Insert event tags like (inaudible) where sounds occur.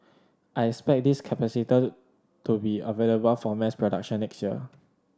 I expect this (unintelligible) to be available for mass production next year